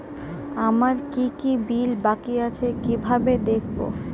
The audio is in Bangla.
আমার কি কি বিল বাকী আছে কিভাবে দেখবো?